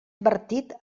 advertit